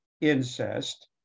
incest